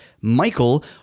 Michael